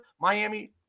Miami